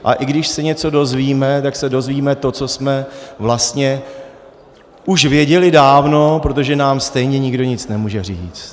A i když se něco dozvíme, tak se dozvíme to, co jsme vlastně už věděli dávno, protože nám stejně nikdo nemůže nic říct.